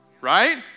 right